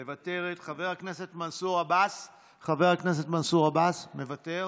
מוותרת, חבר הכנסת מנסור עבאס, מוותר,